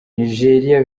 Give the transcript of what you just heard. nigeria